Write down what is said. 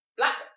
black